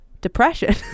depression